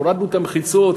והורדנו את המחיצות,